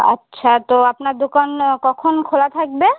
আচ্ছা তো আপনার দোকান কখন খোলা থাকবে